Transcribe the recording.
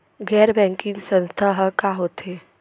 गैर बैंकिंग संस्था ह का होथे?